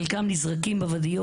חלקם נזרקים בוואדיות.